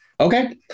Okay